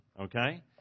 okay